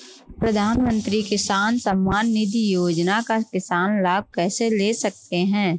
प्रधानमंत्री किसान सम्मान निधि योजना का किसान लाभ कैसे ले सकते हैं?